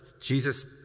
Jesus